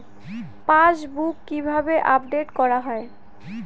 Passbook কিভাবে update করা হয়?